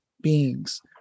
beings